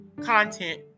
content